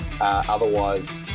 Otherwise